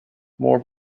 more